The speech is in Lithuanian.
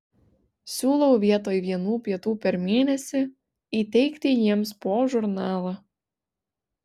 siūlau vietoj vienų pietų per mėnesį įteikti jiems po žurnalą